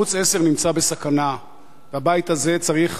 ערוץ-10 נמצא בסכנה והבית הזה צריך,